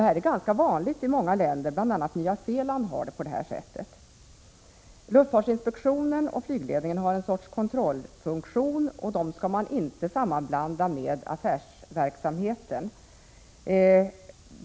Detta är ganska vanligt i många länder, bl.a. i Nya Zeeland. Luftfartsinspektionen och flygledningen har en sorts kontrollfunktion, och den uppgiften skall inte sammanblandas med affärsverksamheten.